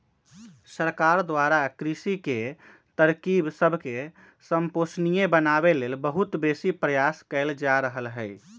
सरकार द्वारा कृषि के तरकिब सबके संपोषणीय बनाबे लेल बहुत बेशी प्रयास कएल जा रहल हइ